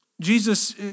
Jesus